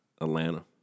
Atlanta